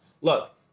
Look